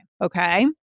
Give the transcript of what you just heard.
okay